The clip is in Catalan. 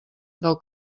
del